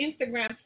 Instagram